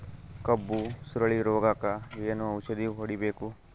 ಕಬ್ಬು ಸುರಳೀರೋಗಕ ಏನು ಔಷಧಿ ಹೋಡಿಬೇಕು?